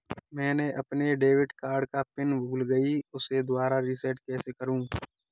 मैंने अपने debit card का पिन भूल गई, उसे दोबारा रीसेट कैसे करूँ?